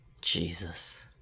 Jesus